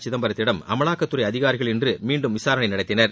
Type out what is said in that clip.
சிதம்பரத்திடம் அமலாக்கத்துறை அதிகாரிகள் இன்று மீண்டும் விசாரணை நடத்தினர்